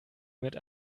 mit